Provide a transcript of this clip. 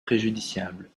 préjudiciable